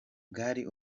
bwari